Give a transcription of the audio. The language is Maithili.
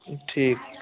ठीक